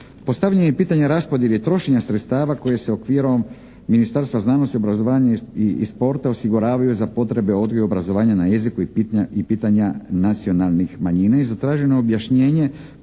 Postavljanjem pitanja raspodjele i trošenja sredstava koje se okvirom Ministarstva znanosti, obrazovanja i sporta osiguravaju za potrebe odgoja i obrazovanja na jeziku i pitanja nacionalnih manjina je zatraženo objašnjenje